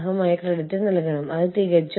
firm Xന്റെ ഉപസ്ഥാപനമായ firm X1